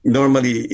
normally